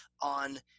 on